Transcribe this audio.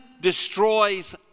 destroys